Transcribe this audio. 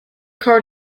card